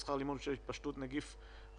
ושכר הלימוד בשל התפשטות נגיף הקורונה.